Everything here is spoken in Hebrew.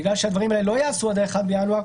בגלל שהדברים האלה לא ייעשו עד ה-1 בינואר,